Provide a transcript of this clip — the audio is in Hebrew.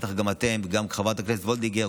בטח גם אתם וגם חברת הכנסת וולדיגר,